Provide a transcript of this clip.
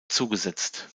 zugesetzt